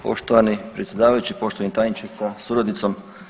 Poštovani predsjedavajući, poštovani tajniče sa suradnicom.